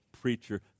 preacher